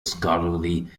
scholarly